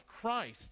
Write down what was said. Christ